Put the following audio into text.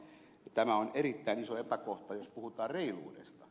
tämä on erittäin iso epäkohta jos puhutaan reiluudesta